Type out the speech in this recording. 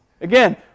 Again